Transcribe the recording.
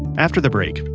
after the break,